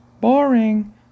boring